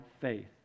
faith